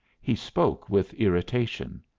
he spoke with irritation.